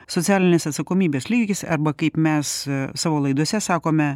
socialinės atsakomybės lygis arba kaip mes savo laidose sakome